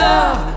Love